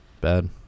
bad